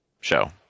show